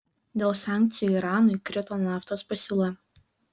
dėl sankcijų iranui krito naftos pasiūla